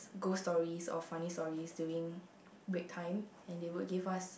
ghost stories or funny stories during break time and they would give us